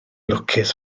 lwcus